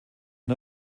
und